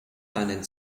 deinen